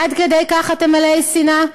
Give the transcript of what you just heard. עד כדי כך אתם מלאי שנאה?